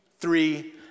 three